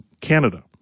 Canada